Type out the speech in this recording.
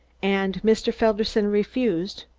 and mr. felderson refused?